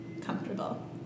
comfortable